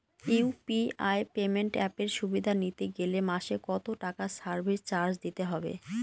UPI payment অ্যাপের সুবিধা নিতে গেলে মাসে কত টাকা সার্ভিস চার্জ দিতে হবে?